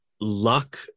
luck